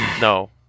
No